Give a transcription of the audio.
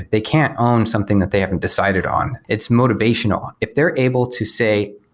they can't own something that they haven't decided on. its motivational. if they're able to say,